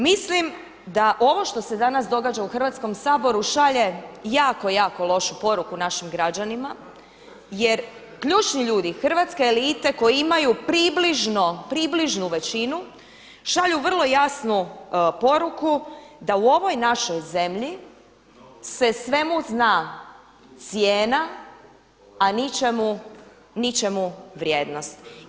Mislim da ovo što se danas događa u Hrvatskom saboru šalje jako, jako lošu poruku našim građanima jer ključni ljudi hrvatske elite koji imaju približno, približnu većinu, šalju vrlo jasnu poruku da u ovoj našoj zemlji se svemu zna cijena a ničemu vrijednost.